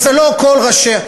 וזה לא כל ראשי,